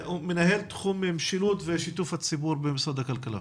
מנהל תחום משילות ושיתוף הציבור במשרד הכלכלה.